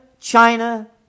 China